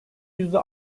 yüzde